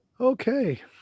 Okay